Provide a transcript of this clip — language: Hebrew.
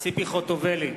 ציפי חוטובלי,